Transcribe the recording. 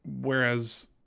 Whereas